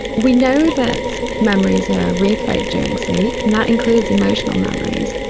we know that memories are replayed during sleep, and that includes emotional memories.